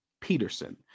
peterson